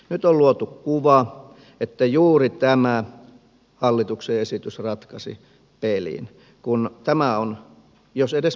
nyt on luotu kuva että juuri tämä hallituksen esitys ratkaisi pelin vaikka hyvä jos tämä on edes marginaalinen